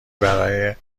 برای